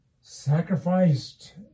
Sacrificed